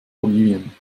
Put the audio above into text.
bolivien